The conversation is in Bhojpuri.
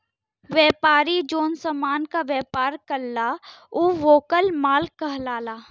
व्यापारी जौन समान क व्यापार करला उ वोकर माल कहलाला